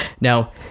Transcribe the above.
now